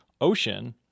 ocean